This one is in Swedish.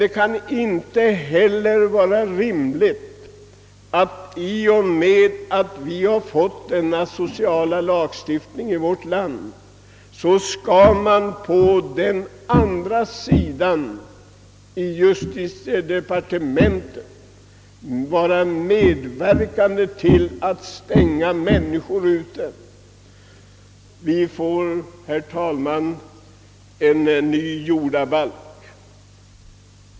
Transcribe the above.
Det kan inte heller vara rimligt att när vi har fått en social lagstiftning i vårt land skall justitiedepartementet medverka till att stänga människor ute från de sociala förmånerna. Vi får, herr talman, en ny jordabalk.